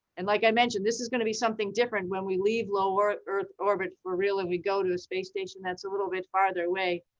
and like i mentioned, this is gonna be something different when we leave lower earth orbit for real, and we go to the space station that's a little bit farther away,